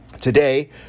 Today